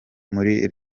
muri